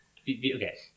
Okay